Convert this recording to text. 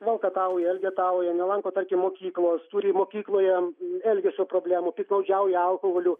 valkatauja elgetauja nelanko tarkim mokyklos turi mokykloje elgesio problemų piktnaudžiauja alkoholiu